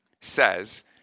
says